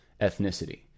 ethnicity